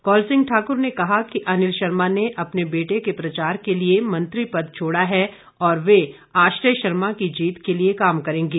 कौल सिंह ठाकुर ने कहा कि अनिल शर्मा ने अपने बेटे के प्रचार के लिए मंत्री पद छोड़ा है और वे आश्रय शर्मा की जीत के लिए काम करेंगे